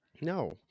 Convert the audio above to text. No